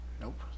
Nope